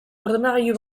ordenagailu